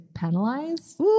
penalized